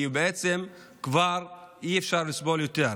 כי בעצם כבר אי-אפשר לסבול יותר.